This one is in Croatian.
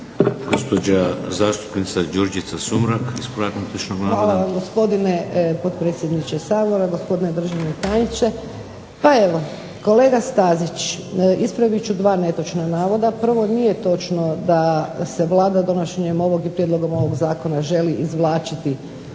Gospođa zastupnica Đurđica Sumrak. **Sumrak, Đurđica (HDZ)** Hvala vam gospodine potpredsjedniče Hrvatskog sabora, gospodine državni tajniče. Pa evo kolega Stazić ispravit ću dva netočna navoda. Prvo, nije točno da se Vlada donošenjem i prijedlogom ovog zakona želi izvlačiti